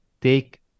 take